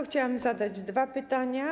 Chciałam zadać dwa pytania.